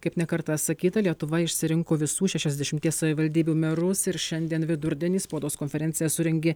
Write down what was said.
kaip ne kartą sakyta lietuva išsirinko visų šešiasdešimties savivaldybių merus ir šiandien vidurdienį spaudos konferenciją surengė